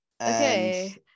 Okay